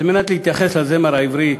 על מנת להתייחס לזמר העברי,